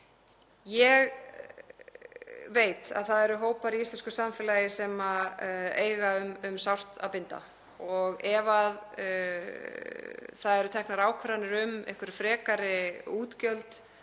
Ég veit að það eru hópar í íslensku samfélagi sem eiga um sárt að binda og ef það eru teknar ákvarðanir um einhver frekari útgjöld